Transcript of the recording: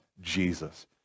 Jesus